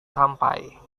sampai